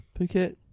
Phuket